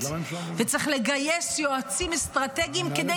וצריך לגייס יועצים אסטרטגיים כדי